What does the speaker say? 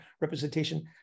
representation